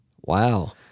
Wow